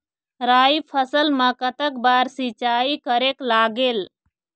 राई फसल मा कतक बार सिचाई करेक लागेल?